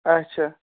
اَچھا